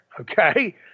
okay